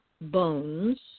bones